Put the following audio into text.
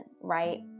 right